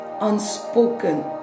unspoken